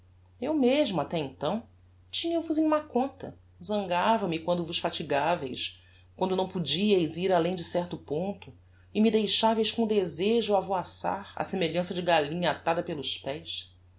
eu mesmo até então tinha vos em má conta zangava me quando vos fatigaveis quando não podieis ir além de certo ponto e me deixaveis com o desejo a avoaçar á semelhança de gallinha atada pelos pés